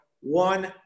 one